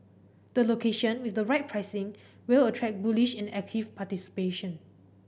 the location with the right pricing will attract bullish and active participation